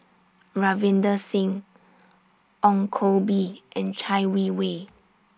Ravinder Singh Ong Koh Bee and Chai Wei Wei